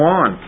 on